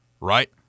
right